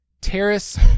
Terrace